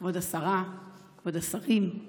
כבוד השרה, כבוד השרים,